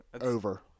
Over